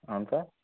అవును సార్